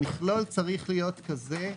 המכלול צריך להיות כזה,